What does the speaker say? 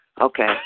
okay